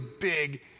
big